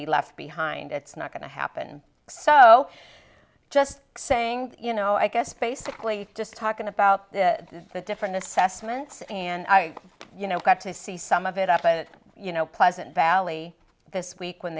be left behind it's not going to happen so just saying you know i guess basically just talking about the different assessments and i you know got to see some of it out by the you know pleasant valley this week when